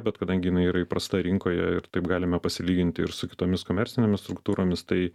bet kadangi jinai yra įprasta rinkoje ir taip galime pasilyginti ir su kitomis komercinėmis struktūromis tai